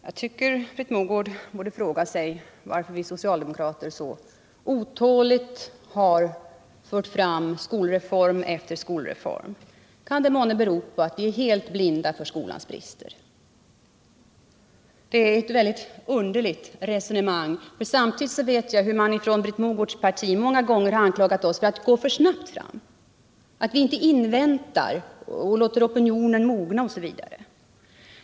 Herr talman! Jag tycker Britt Mogård borde fråga sig varför vi socialdemokrater så otåligt har fört fram skolreform efter skolreform. Kan det månne bero på att vi är helt blinda för skolans brister? Det är ett väldigt underligt resonemang som Britt Mogård för. Jag vill påminna om att man från hennes parti många gånger har anklagat oss för att gå för snabbt fram, för att vi inte väntar, inte låter opinionen mogna osv.